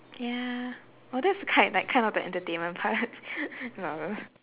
ya oh that's kind like kind of the entertainment part lol